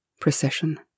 procession